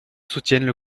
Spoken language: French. soutiennent